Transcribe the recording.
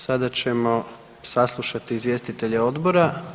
Sada ćemo saslušati izvjestitelje odbora.